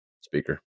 speaker